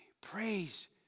Praise